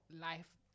life